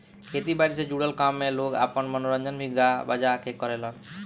खेती बारी से जुड़ल काम में लोग आपन मनोरंजन भी गा बजा के करेलेन